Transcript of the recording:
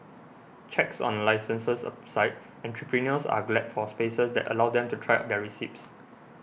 checks on licences aside entrepreneurs are glad for spaces that allow them to try out their recipes